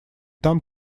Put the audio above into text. там